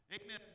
Amen